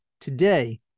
today